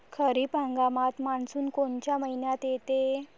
खरीप हंगामात मान्सून कोनच्या मइन्यात येते?